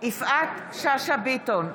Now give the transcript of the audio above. יפעת שאשא ביטון,